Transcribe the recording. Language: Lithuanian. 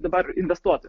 dabar investuotoju